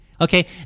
Okay